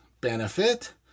benefit